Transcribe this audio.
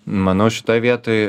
manau šitoj vietoj